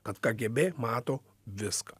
kad kgb mato viską